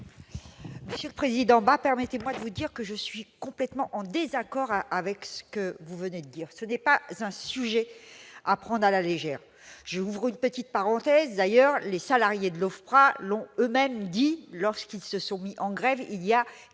Monsieur le président Bas, permettez-moi de vous dire que je suis complètement en désaccord avec ce que vous venez de dire. Ce sujet n'est pas à prendre à la légère. J'ouvre d'ailleurs une petite parenthèse : les salariés de l'OFPRA l'ont eux-mêmes dit lorsqu'ils se sont mis en grève il y a